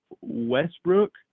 Westbrook